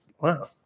Wow